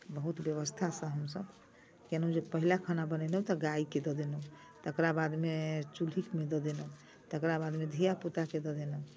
बहुत व्यवस्थासँ हमसब केलहुँ जे पहिला खाना बनेलहुँ तऽ गायकेँ दऽ देलहुँ तकरा बादमे चूल्हीमे धऽ देलहुँ तकरा बादमे धिया पूताकेँ दऽ देलहुँ